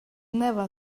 never